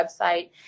website